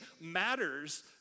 matters